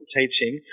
teaching